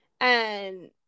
and-